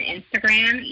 Instagram